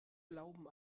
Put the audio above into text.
glauben